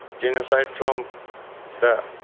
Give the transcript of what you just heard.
genocide from the